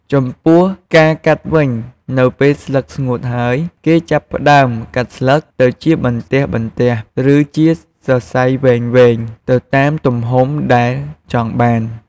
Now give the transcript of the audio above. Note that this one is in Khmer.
ចំពោះការកាត់់វិញ នៅពេលស្លឹកស្ងួតហើយ គេចាប់ផ្តើម កាត់ស្លឹក ទៅជាបន្ទះៗ ឬជាសរសៃវែងៗ ទៅតាមទំហំដែលចង់បាន។